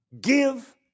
give